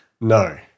No